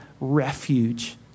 refuge